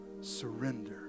Surrender